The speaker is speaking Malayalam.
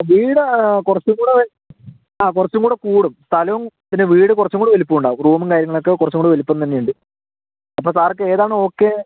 വീട് കുറച്ചും കൂടെ ആ കുറച്ചും കൂടെ കൂടും സ്ഥലവും പിന്നെ വീട് കുറച്ചും കൂടെ വലുപ്പം ഉണ്ടാവും റൂമും കാര്യങ്ങളൊക്കെ കുറച്ചും കൂടെ വലുപ്പം തന്നെയുണ്ട് അപ്പോൾ സാർക്ക് ഏതാണ് ഓക്കേ